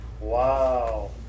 Wow